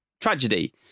tragedy